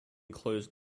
closed